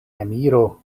emiro